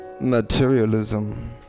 materialism